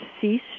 cease